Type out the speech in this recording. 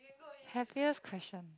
happiest question